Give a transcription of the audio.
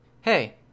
Hey